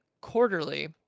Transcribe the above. quarterly